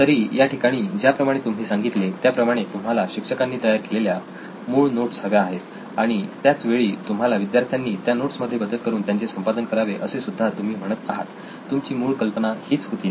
तरी या ठिकाणी ज्याप्रमाणे तुम्ही सांगितले त्याप्रमाणे तुम्हाला शिक्षकांनी तयार केलेल्या मूळ नोट्स हव्या आहेत आणि त्याच वेळी तुम्हाला विद्यार्थ्यांनी त्या नोट्स मध्ये बदल करून त्यांचे संपादन करावे असे सुद्धा तुम्ही म्हणता आहात तुमची मूळ कल्पना हीच होती ना